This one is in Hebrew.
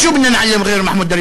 (נושא דברים בשפה הערבית)